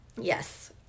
Yes